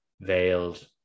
veiled